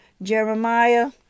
Jeremiah